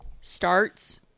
starts